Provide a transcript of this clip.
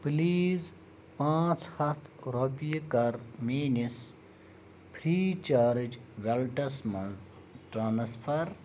please پانٛژھ ہتھ رۄپیہِ کر میٛٲنِس فرٛی چارٕج ویٚلٹس مَنٛز ٹرٛانسفر